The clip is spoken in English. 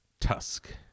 tusk